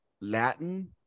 Latin